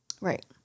Right